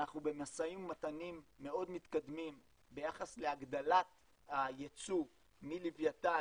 אנחנו במשאים ומתנים מאוד מתקדמים ביחס להגדלת היצוא מלווייתן,